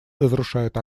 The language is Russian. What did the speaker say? разрушает